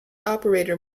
operator